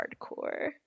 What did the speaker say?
hardcore